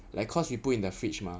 like cause we put in the fridge mah